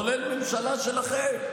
כולל הממשלה שלכם.